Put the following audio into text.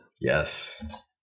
yes